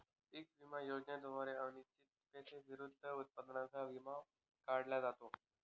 पीक विमा योजनेद्वारे अनिश्चिततेविरुद्ध उत्पादनाचा विमा काढला जातो